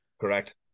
Correct